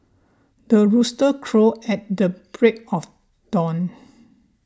the rooster crow at the break of dawn